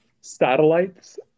satellites